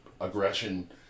aggression